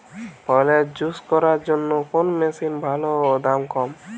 ফলের জুস করার জন্য কোন মেশিন ভালো ও দাম কম?